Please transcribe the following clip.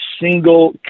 single